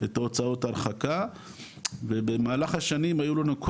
את הוצאות ההרחקה ובמהלך השנים,